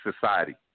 society